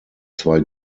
zwei